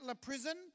Prison